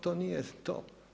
To nije to.